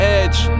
edge